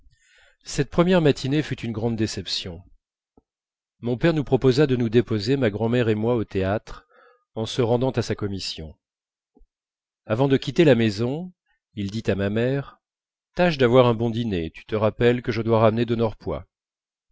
cette première matinée fut une grande déception mon père nous proposa de nous déposer ma grand'mère et moi au théâtre en se rendant à sa commission avant de quitter la maison il dit à ma mère tâche d'avoir un bon dîner tu te rappelles que je dois ramener de